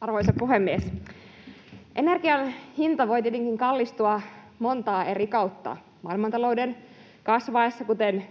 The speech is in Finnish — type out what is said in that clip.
Arvoisa puhemies! Energian hinta voi tietenkin kallistua montaa eri kautta — maailmantalouden kasvaessa, koronapandemian